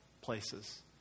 places